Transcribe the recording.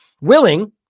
willing